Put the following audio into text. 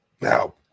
now